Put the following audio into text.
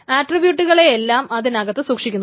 ആട്രിബൂട്ടുകളെയെല്ലാം അതിനകത്ത് സൂക്ഷിക്കുന്നു